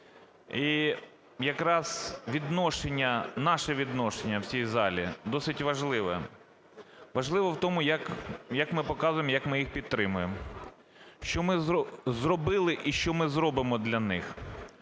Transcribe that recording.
І якраз відношення, наше відношення в цій залі досить важливе. Важливе в тому, як ми показуємо, як ми їх підтримуємо, що ми зробили і що ми зробимо для них.